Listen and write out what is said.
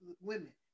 women